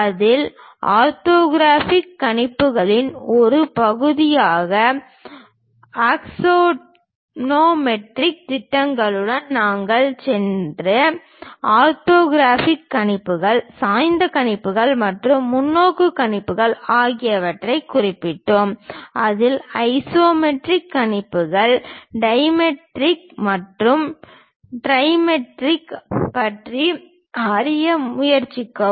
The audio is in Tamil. அதில் ஆர்த்தோகிராஃபிக் கணிப்புகளின் ஒரு பகுதியான ஆக்சோனோமெட்ரிக் திட்டங்களுடன் நாங்கள் சென்ற ஆர்த்தோகிராஃபிக் கணிப்புகள் சாய்ந்த கணிப்புகள் மற்றும் முன்னோக்கு கணிப்புகள் ஆகியவற்றைக் குறிப்பிட்டோம் அதில் ஐசோமெட்ரிக் கணிப்புகள் டைமெட்ரிக் மற்றும் ட்ரைமெட்ரிக் பற்றி அறிய முயற்சிக்கவும்